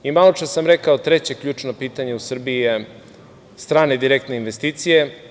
Maločas sam rekao, treće ključno pitanje u Srbiji su strane direktne investicije.